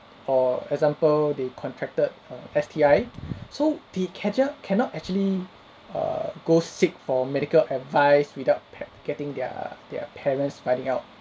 for example they contracted err S_T_I so the catch up cannot actually err go seek for medical advice without pa~ getting their their parents fighting out